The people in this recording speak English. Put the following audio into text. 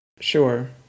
Sure